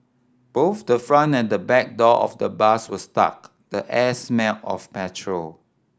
both the front and the back door of the bus were stuck the air smelled of petrol